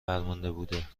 فرمانده